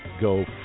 go